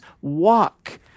Walk